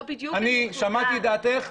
שמעתי את דעתך.